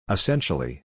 Essentially